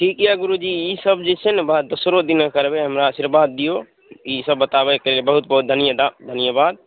ठीक अइ गुरुजी ईसब छै नहि बात दोसरो दिना करबै हमरा आशीर्वाद दिऔ ईसब बताबैके लिए बहुत बहुत धन्य धन्यवाद